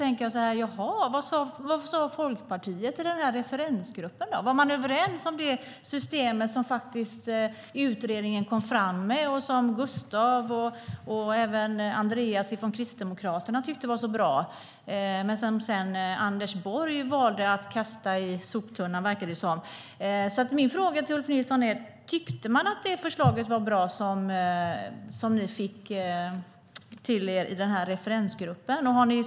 Vad sade Folkpartiet i referensgruppen? Var man överens om det system som utredningen kom fram till, som Gustaf Hoffstedt och Andreas Carlson från Kristdemokraterna tyckte var så bra men som sedan Anders Borg valde att kasta i soptunnan? Tyckte Folkpartiet, Ulf Nilsson, att förslaget som referensgruppen fick var bra?